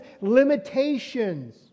limitations